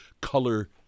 color